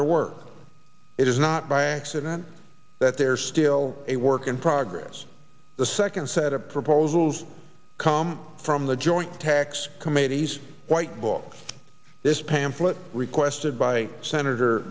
ther work it is not by accident that they're still a work in progress the second set of proposals come from the joint tax committee s white book this pamphlet requested by senator